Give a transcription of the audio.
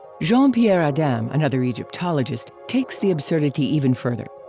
jean pierre adam, another egyptologist, takes the absurdity even further.